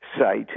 site